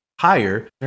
higher